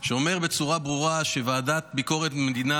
שאומר בצורה ברורה שוועדת ביקורת המדינה